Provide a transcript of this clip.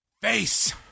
face